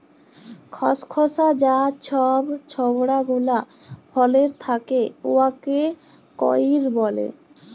খসখসা যা ছব ছবড়া গুলা ফলের থ্যাকে উয়াকে কইর ব্যলে